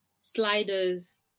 sliders